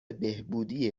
بهبودی